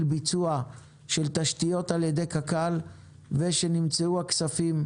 ביצוע של תשתיות על ידי קק"ל ושנמצאו הכספים